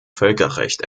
völkerrecht